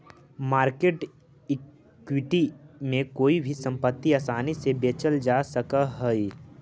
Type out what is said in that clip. market equity में कोई भी संपत्ति आसानी से बेचल जा सकऽ हई